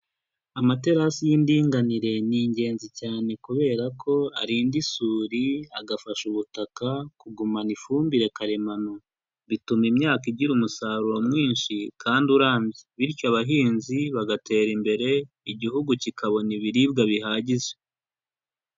Amaterasi y'indinganire ni ingenzi cyane kuberako arinda isuri agafasha ubutaka kugumana ifumbire karemano, bituma imyaka igira umusaruro mwinshi kandi urambye, bityo abahinzi bagatera imbere igihugu kikabona ibiribwa bihagije.